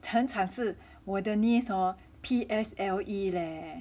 惨惨是我的 niece hor P_S_L_E leh